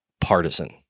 partisan